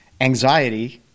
anxiety